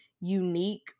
unique